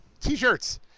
t-shirts